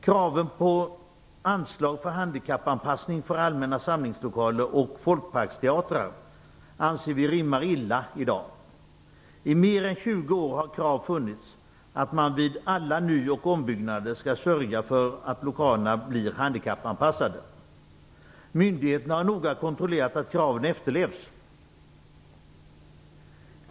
Kraven på anslag för handikappanpassning för allmänna samlingslokaler och folkparksteatrar anser vi rimmar illa i dag. I mer än 20 år har krav funnits på att man vid alla ny och ombyggnader skall sörja för att lokalerna blir handikappanpassade. Myndigheterna har noga kontrollerat att kraven efterlevts.